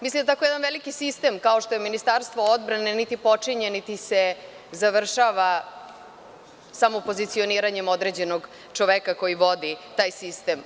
Mislim da jedan veliki sistem kao što je Ministarstvo odbrane niti počinje niti se završava samopozicioniranjem određenog čoveka koji vodi taj sistem.